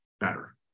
better